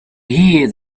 hear